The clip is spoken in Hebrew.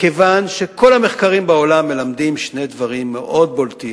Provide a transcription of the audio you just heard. כיוון שכל המחקרים בעולם מלמדים שני דברים מאוד בולטים: